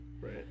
Right